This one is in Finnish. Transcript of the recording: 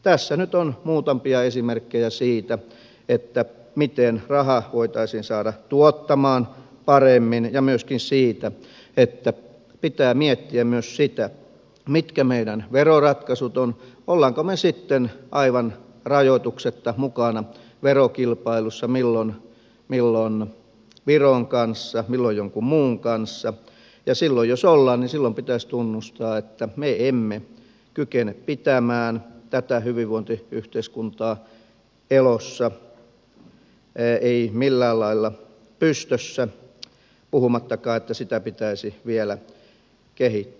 tässä nyt on muutamia esimerkkejä siitä miten raha voitaisiin saada tuottamaan paremmin ja myöskin siitä että pitää miettiä myös sitä mitkä meidän veroratkaisumme ovat olemmeko me sitten aivan rajoituksetta mukana verokilpailussa milloin viron kanssa milloin jonkun muun kanssa ja silloin jos ollaan niin silloin pitäisi tunnustaa että me emme kykene pitämään tätä hyvinvointiyhteiskuntaa elossa emme millään lailla pystyssä puhumattakaan että sitä pitäisi vielä kehittää